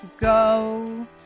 go